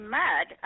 mud